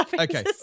Okay